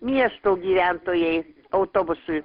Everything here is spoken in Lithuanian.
miesto gyventojai autobusui